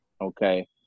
okay